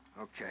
Okay